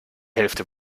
hälfte